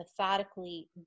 methodically